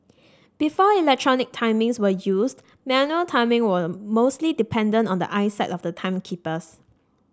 before electronic timings were used manual timing were mostly dependent on the eyesight of the timekeepers